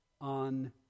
on